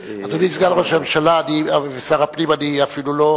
אדוני סגן ראש הממשלה ושר הפנים, אני אפילו לא